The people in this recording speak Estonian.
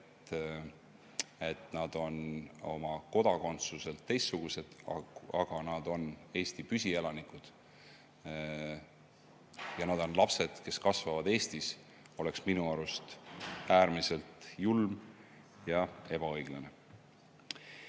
et nad on oma kodakondsuselt teistsugused – aga nad on Eesti püsielanikud, nad on lapsed, kes kasvavad Eestis –, minu arust äärmiselt julm ja ebaõiglane.